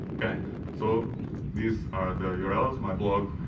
okay so these are the yeah urls my blog